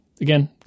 Again